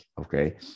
okay